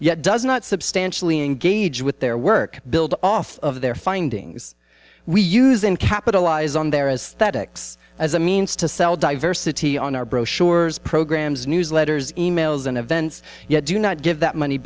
yet does not substantially engage with their work build off of their findings we use them capitalized on their as that acts as a means to sell diversity on our brochures programs newsletters emails and events yet do not give that money